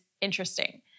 Interesting